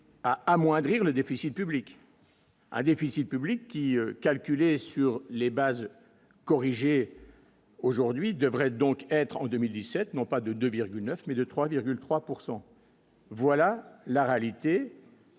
à amoindrir le déficit public. Un déficit public qui calculé sur les bases corriger. Aujourd'hui devrait donc être en 2017 n'ont pas de 2,9 mais de 3,3 pourcent.. Voilà la réalité.